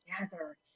together